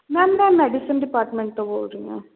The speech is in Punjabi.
ਮੈਮ ਮੈਂ ਮੈਡੀਸਨ ਡਿਪਾਰਟਮੈਂਟ ਤੋਂ ਬੋਲ ਰਹੀ ਹਾਂ